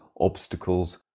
obstacles